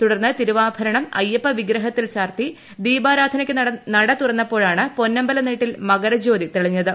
തുടർന്ന് തിരുവാഭരണം അയ്യപ്പവിഗ്രഹത്തിൽ ചാർത്തി ദീപാരാധനയ്ക്ക് നടന്ന തുറന്നപ്പോഴാണ് പൊന്നമ്പല മേട്ടിൽ മകരജ്യോതി തെളിഞ്ഞത്